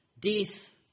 death